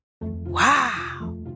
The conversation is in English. Wow